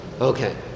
Okay